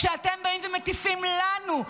כשאתם באים ומטיפים לנו,